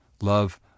love